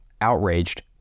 Outraged